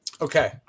Okay